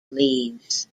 leaves